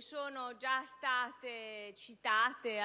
sono già state citate,